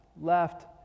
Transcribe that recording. left